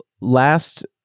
last